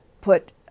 put